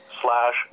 slash